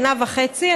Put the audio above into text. שנה וחצי,